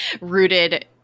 rooted